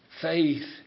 faith